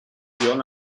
all